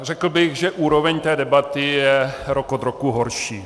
Řekl bych, že úroveň té debaty je rok od roku horší.